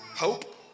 hope